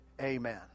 Amen